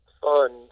fund